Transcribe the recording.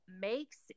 makes